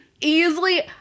easily